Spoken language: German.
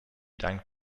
dank